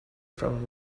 from